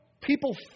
people